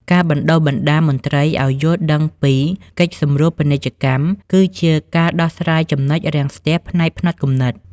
ការបណ្ដុះបណ្ដាលមន្ត្រីឱ្យយល់ដឹងពី "កិច្ចសម្រួលពាណិជ្ជកម្ម" គឺជាការដោះស្រាយចំណុចរាំងស្ទះផ្នែកផ្នត់គំនិត។